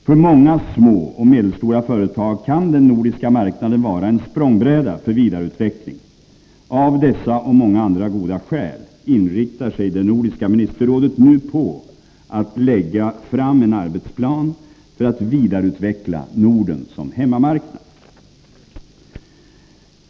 För många små och medelstora företag kan den nordiska marknaden vara en språngbräda för vidareutveckling. Av dessa och många andra goda skäl inriktar sig det nordiska ministerrådet nu på att lägga fram en arbetsplan för att vidareutveckla Norden som hemmamarknad.